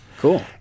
Cool